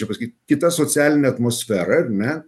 kaip čia pasakyt kita socialinė atmosfera ar ne